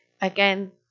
again